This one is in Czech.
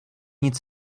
nic